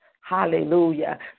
hallelujah